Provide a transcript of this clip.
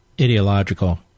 ideological